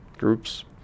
groups